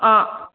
ꯑꯥ